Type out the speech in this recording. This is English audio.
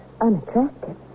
unattractive